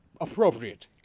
appropriate